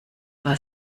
war